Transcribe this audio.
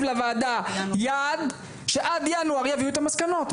לוועדה יעד שעד ינואר יביאו את המסקנות.